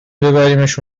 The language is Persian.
ببریمش